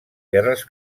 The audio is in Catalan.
guerres